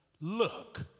look